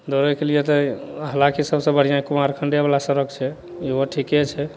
दौड़ैके लिए तऽ हालाँकि सबसे बढ़िआँ कुमारखण्डेवला सड़क छै इहो ठिके छै